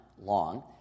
long